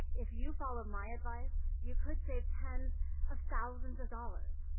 if you followed my advice, you could save tens of thousands of dollars.